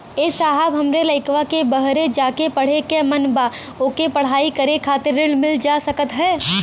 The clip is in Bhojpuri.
ए साहब हमरे लईकवा के बहरे जाके पढ़े क मन बा ओके पढ़ाई करे खातिर ऋण मिल जा सकत ह?